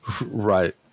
right